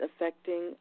affecting